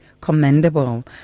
commendable